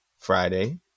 Friday